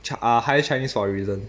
chi~ uh higher chinese for a reason